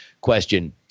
question